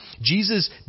Jesus